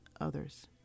others